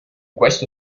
questo